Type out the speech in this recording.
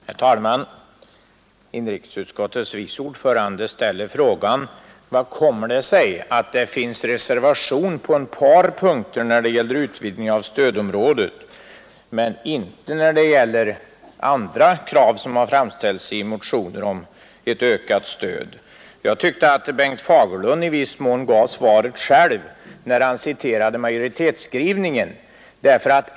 Herr talman! Inrikesutskottets vice ordförande frågade vad det kommer sig att det finns reservationer på ett par punkter när det gäller utvidgning av stödområdet men inte när det gäller andra krav som har framförts i motioner om ökat stöd. Jag tyckte att Bengt Fagerlund i viss mån gav svaret själv, när han citerade majoritetsskrivningen.